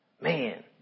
Man